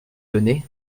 d’aulnay